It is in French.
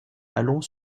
allons